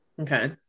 Okay